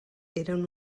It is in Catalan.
eren